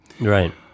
Right